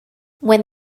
when